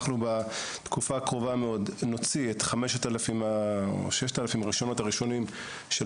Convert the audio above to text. בתקופה הקרובה מאוד נוציא את 6,000 הרישיונות הראשונים של